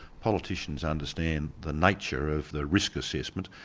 politicians understand the nature of the risk assessment,